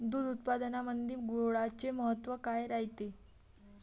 दूध उत्पादनामंदी गुळाचे महत्व काय रायते?